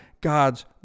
God's